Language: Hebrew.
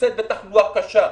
נמצאת בתחלואה קשה,